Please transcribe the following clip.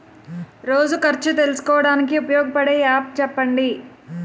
రోజు ఖర్చు తెలుసుకోవడానికి ఉపయోగపడే యాప్ చెప్పండీ?